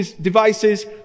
devices